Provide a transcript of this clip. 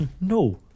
No